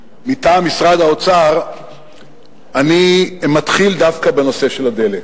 מטעם משרד האוצר אני מתחיל דווקא בנושא של הדלק.